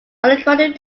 undergraduate